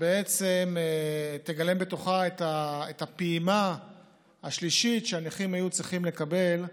ובעצם היא תגלם בתוכה את הפעימה השלישית שהנכים היו צריכים לקבל,